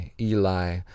Eli